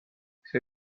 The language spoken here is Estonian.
see